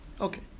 Okay